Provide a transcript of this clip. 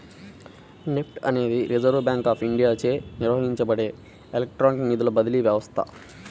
NEFT అనేది reserve bank of ఇండియాచే నిర్వహించబడే ఎలక్ట్రానిక్ నిధుల బదిలీ వ్యవస్థ